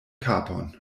kapon